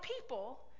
people